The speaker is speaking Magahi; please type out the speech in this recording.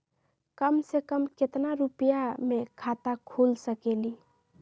कम से कम केतना रुपया में खाता खुल सकेली?